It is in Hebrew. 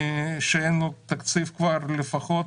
שאין תקציב לפחות